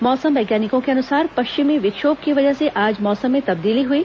मौसम वैज्ञानिकों के अनुसार पश्चिमी विक्षोभ की वजह से आज मौसम में तब्दीली हई